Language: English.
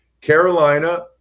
Carolina